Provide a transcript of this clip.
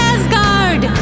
Asgard